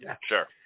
Sure